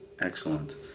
Excellent